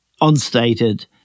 unstated